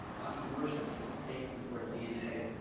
entrepreneurship is sort of baked into our dna.